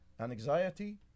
Anxiety